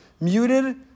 muted